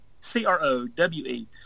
C-R-O-W-E